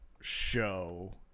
show